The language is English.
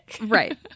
Right